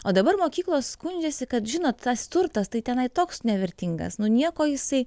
o dabar mokyklos skundžiasi kad žino tas turtas tai tenai toks nevertingas nu nieko jisai